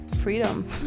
freedom